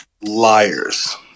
liars